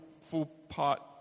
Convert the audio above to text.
full-part